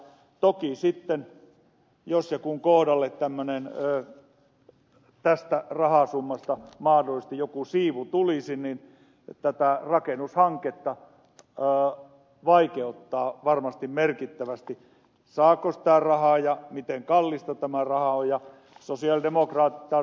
toki sitten jos ja kun kohdalle mahdollisesti joku siivu tästä tämmöisestä rahasummasta tulisi niin tätä rakennushanketta vaikeuttaa varmasti merkittävästi saako sitä rahaa ja miten kallista tämä raha on